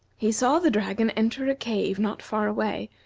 he saw the dragon enter a cave not far away,